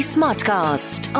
Smartcast